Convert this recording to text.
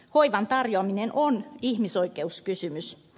hoivan tarjoaminen on ihmisoikeuskysymys